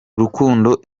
rukundo